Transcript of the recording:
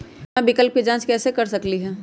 हम बीमा विकल्प के जाँच कैसे कर सकली ह?